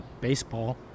baseball